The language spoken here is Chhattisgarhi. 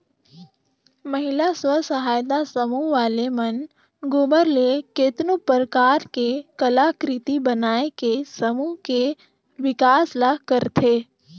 महिला स्व सहायता समूह वाले मन गोबर ले केतनो परकार के कलाकृति बनायके समूह के बिकास ल करथे